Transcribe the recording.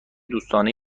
دوستانه